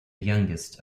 youngest